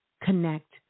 connect